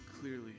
clearly